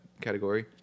category